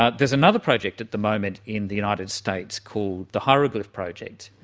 ah there's another project at the moment in the united states called the hieroglyph project,